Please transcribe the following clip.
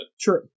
true